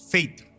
Faith